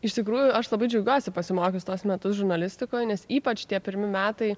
iš tikrųjų aš labai džiaugiuosi pasimokius tuos metus žurnalistikoj nes ypač tie pirmi metai